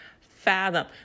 fathom